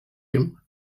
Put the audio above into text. him